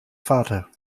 vater